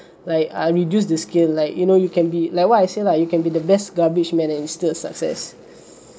like I reduce the scale like you know you can be like what I say lah you can be the best garbage men and it still a success